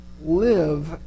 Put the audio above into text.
live